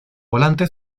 volante